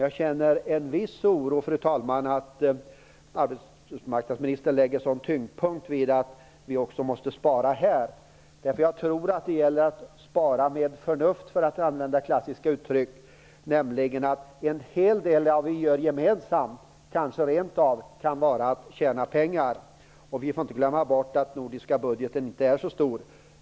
Jag känner en viss oro för att arbetsmarknadsministern lägger en sådan tyngdpunkt vid att vi också måste spara på det här området. Jag tror att det gäller att spara med förnuft - för att använda ett klassiskt uttryck. En hel del av det som görs gemensamt kan kanske rent av bidra till att man tjänar pengar. Vi får inte glömma bort att den nordiska budgeten inte är så stor.